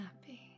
happy